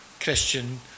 Christian